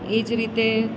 એ જ રીતે